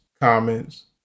comments